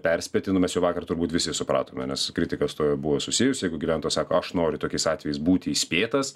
perspėti nu mes jau vakar turbūt visi supratome nes kritika stojo buvo susijusi jeigu gyventojai sako aš noriu tokiais atvejais būti įspėtas